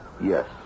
Yes